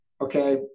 okay